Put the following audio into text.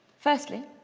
firstly,